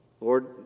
Lord